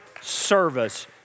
service